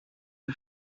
who